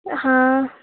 हँ